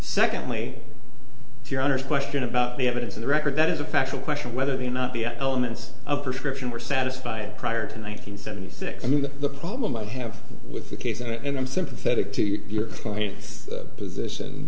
secondly to your honor question about the evidence in the record that is a factual question whether the not the elements of prescription were satisfied prior to nine hundred seventy six i mean the problem i have with the case and i'm sympathetic to your client's position